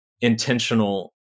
intentional